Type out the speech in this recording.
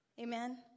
amen